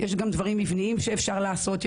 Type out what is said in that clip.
יש גם דברים מבניים שאפשר לעשות.